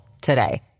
today